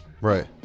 Right